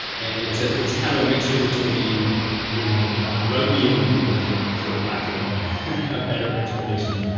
and it's ah it's kind of a mixture between you know rugby and pool, for for lack of ah a better explanation.